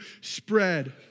spread